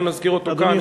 אבל לא נזכיר אותו כאן,